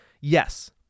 yes